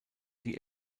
die